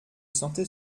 sentait